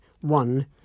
one